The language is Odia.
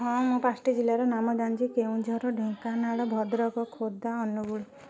ହଁ ମୁଁ ପାଞ୍ଚଟି ଜିଲ୍ଲାର ନାମ ଜାଣିଛି କେଉଁଝର ଢେଙ୍କାନାଳ ଭଦ୍ରକ ଖୋର୍ଦ୍ଧା ଅନୁଗୁଳ